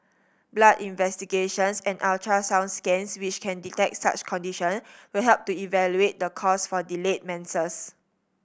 blood investigations and ultrasound scans which can detect such conditions will help to evaluate the cause for delayed menses